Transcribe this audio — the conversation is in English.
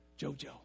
Jojo